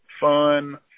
fun